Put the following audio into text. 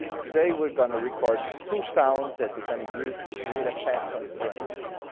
today we're going to record two sounds that we're gonna use to create a patch on frms,